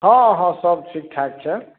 हॅं हॅं सभ ठीक ठाक छै